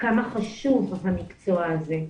כמה חשוב המקצוע הזה,